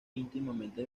íntimamente